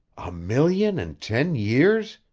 a million in ten years,